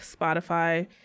Spotify